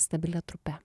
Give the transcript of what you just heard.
stabilia trupe